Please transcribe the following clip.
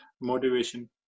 motivation